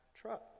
truck